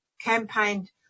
campaigned